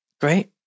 Great